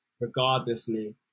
regardlessly